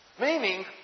meaning